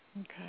Okay